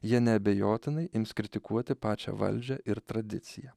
jie neabejotinai ims kritikuoti pačią valdžią ir tradiciją